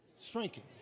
shrinking